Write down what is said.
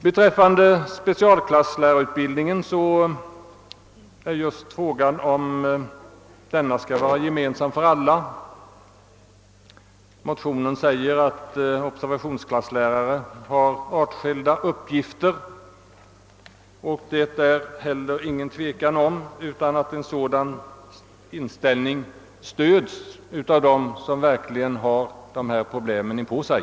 Beträffande <specialklasslärarutbildningen gäller frågan om denna skall vara gemensam för alla specialklasslärare. I motionerna påpekas att observationsklasslärare har artskilda uppgifter, och det är heller inget tvivel om att en sådan uppfattning stöds av dem som verkligen står i nära kontakt med dessa problem.